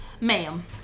ma'am